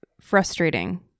frustrating